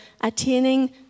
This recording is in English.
attaining